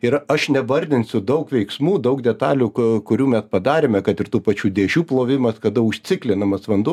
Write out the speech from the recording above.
ir aš nevardinsiu daug veiksmų daug detalių kurių mes padarėme kad ir tų pačių dėžių plovimas kada užciklinamas vanduo